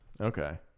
Okay